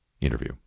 interview